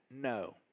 no